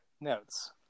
notes